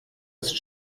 ist